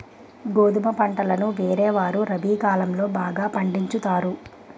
గోధుమ పంటలను వేసేవారు రబి కాలం లో బాగా పండించుతారు